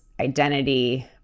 identity